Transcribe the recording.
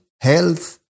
health